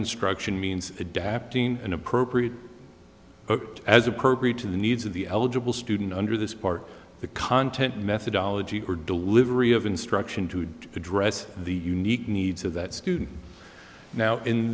instruction means adapting an appropriate as appropriate to the needs of the eligible student under this part the content methodology or delivery of instruction to would address the unique needs of that student now in